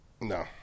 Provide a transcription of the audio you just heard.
No